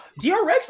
DRX